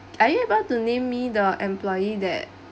are you able to name me the employee that